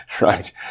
right